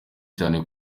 cyane